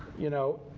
you know.